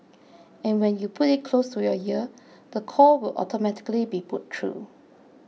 and when you put it close to your ear the call will automatically be put through